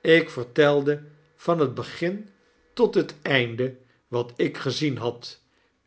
ik vertelde van het begin tot het einde wat ik gezien had